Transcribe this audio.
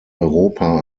europa